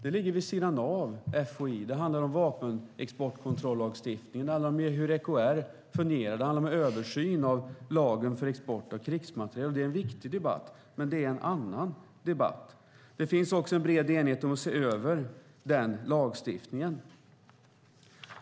Det ligger vid sidan av FOI. Det handlar om vapenexportkontrollagstiftningen, det handlar om hur EKR fungerar och det handlar om översyn av lagen om export av krigsmateriel. Det är en viktig debatt, men det är en annan debatt. Det finns också en bred enighet om att se över den lagstiftningen.